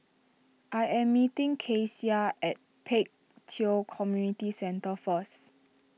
I am meeting Keshia at Pek Kio Community Centre first